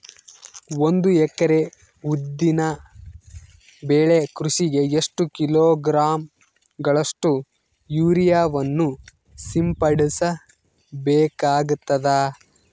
ಒಂದು ಎಕರೆ ಉದ್ದಿನ ಬೆಳೆ ಕೃಷಿಗೆ ಎಷ್ಟು ಕಿಲೋಗ್ರಾಂ ಗಳಷ್ಟು ಯೂರಿಯಾವನ್ನು ಸಿಂಪಡಸ ಬೇಕಾಗತದಾ?